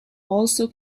also